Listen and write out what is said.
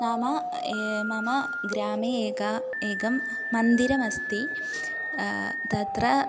नाम मम ग्रामे एकम् एकं मन्दिरम् अस्ति तत्र